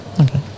okay